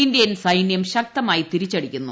Indian സൈന്യം ശക്തമായി തിരിച്ചുടിക്കുന്നു